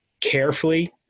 carefully